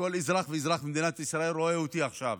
כל אזרח ואזרח במדינת ישראל היה רואה אותי עכשיו,